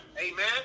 Amen